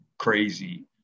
crazy